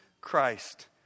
Christ